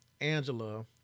angela